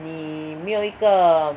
你没有一个